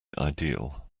ideal